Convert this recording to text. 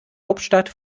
hauptstadt